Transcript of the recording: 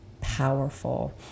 powerful